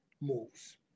moves